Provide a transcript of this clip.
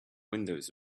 windows